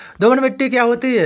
दोमट मिट्टी क्या होती हैं?